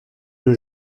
nos